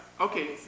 Okay